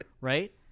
Right